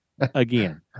again